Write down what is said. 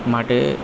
માટે